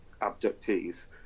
abductees